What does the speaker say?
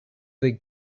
big